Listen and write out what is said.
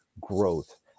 growth